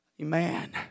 Amen